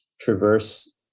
traverse